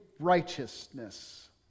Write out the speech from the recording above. righteousness